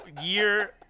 year